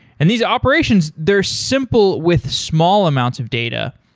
and these operations, they're simple with small amounts of data,